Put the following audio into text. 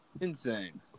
Insane